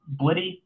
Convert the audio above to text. Blitty